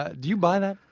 ah do you buy that?